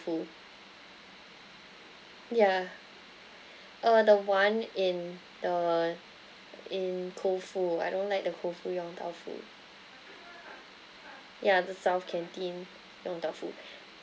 foo yeah uh the one in the in koufu I don't like the koufu yong tau foo yeah the south canteen yong tau foo